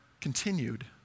continued